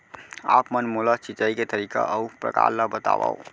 आप मन मोला सिंचाई के तरीका अऊ प्रकार ल बतावव?